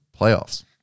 playoffs